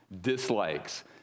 dislikes